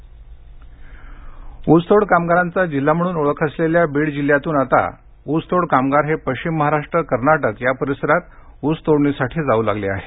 ऊसतोड ऊसतोड कामगारांचा जिल्हा म्हणून ओळख असलेल्या बीड जिल्ह्यातून आता ऊसतोड कामगार हे पश्चिम महाराष्ट्र कर्नाटक या परिसरात ऊस तोडणीसाठी जाऊ लागले आहेत